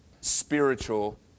spiritual